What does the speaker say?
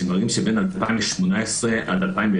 שמראים שבין 2018 עד 2020,